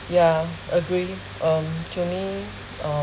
ya agree um to me um